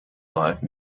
live